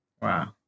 Wow